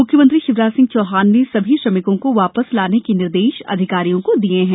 म्ख्यमंत्री शिवराज सिंह चौहान ने सभी श्रमिकों को वापस लाने के निर्देश अधिकारियों को दिए हैं